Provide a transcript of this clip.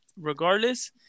regardless